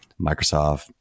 Microsoft